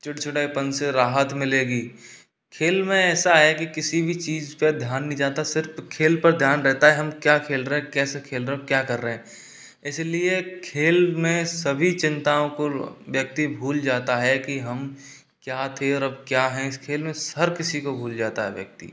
चिड़चिड़ेपन से राहत मिलेगी खेल में ऐसा है कि किसी भी चीज पर ध्यान नहीं जाता सिर्फ खेल पर ध्यान रहता है हम क्या खेल रहे हैं कैसे खेल रहे हैं और क्या कर रहे हैं इसलिए खेल में सभी चिंताओं को व्यक्ति भूल जाता है कि हम क्या थे और अब क्या हैं इस खेल में हर किसी को भूल जाता है व्यक्ति